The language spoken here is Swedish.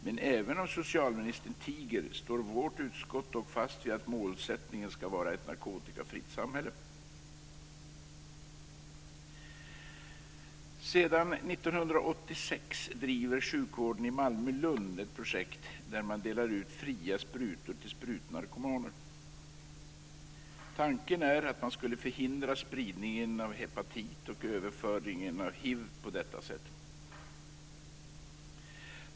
Men även om socialministern tiger står vårt utskott dock fast vid att målsättningen ska vara ett narkotikafritt samhälle. Sedan 1986 driver sjukvården i Malmö-Lund ett projekt där man delar ut fria sprutor till sprutnarkomaner. Tanken är att man ska förhindra spridningen av hepatit och överföringen av hiv på det sättet.